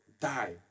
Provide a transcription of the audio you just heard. Die